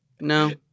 No